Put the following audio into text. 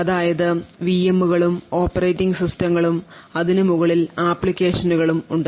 അതായത് വിഎമ്മുകളും ഓപ്പറേറ്റിംഗ് സിസ്റ്റങ്ങളും അതിനു മുകളിൽ അപ്ലിക്കേഷനും ഉണ്ട്